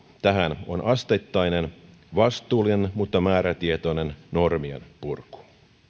tähän on asteittainen vastuullinen mutta määrätietoinen normien purku